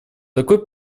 такой